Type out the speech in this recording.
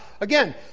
again